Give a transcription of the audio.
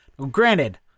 Granted